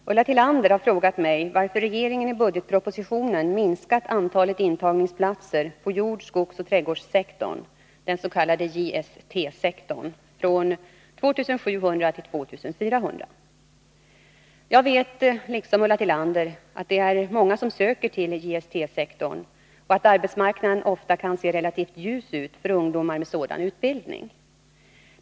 Herr talman! Ulla Tillander har frågat mig varför regeringen i budgetpropositionen minskat antalet intagningsplatser på jord-, skogsoch trädgårdssektorn från 2 700 till 2 400. Jag vet, liksom Ulla Tillander, att det är många som söker till JST-sektorn och att arbetsmarknaden ofta kan se relativt ljus ut för ungdomar med en sådan utbildning.